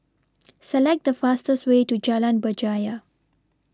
Select The fastest Way to Jalan Berjaya